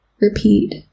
repeat